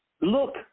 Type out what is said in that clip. Look